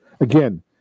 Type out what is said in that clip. again